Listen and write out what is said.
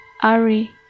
Ari